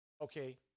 Okay